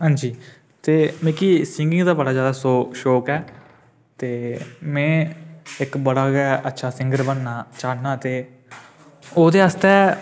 हांजी ते मिकी सिंगिंग दा बड़ा जैदा शौक शौक ऐ ते में इक बड़ा गै अच्छा सिंगर बनना चाह्न्नां ते ओह्दे आस्तै